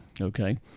Okay